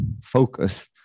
focus